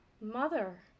Mother